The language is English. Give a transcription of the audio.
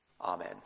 Amen